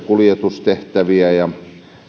kuljetustehtäviä ja